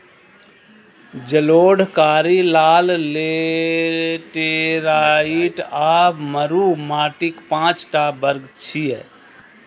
जलोढ़, कारी, लाल, लेटेराइट आ मरु माटिक पांच टा वर्ग छियै